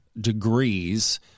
degrees